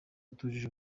atujuje